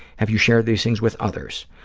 have you shared these things with others?